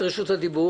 --- איפה אתה גר?